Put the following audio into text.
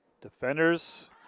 Defenders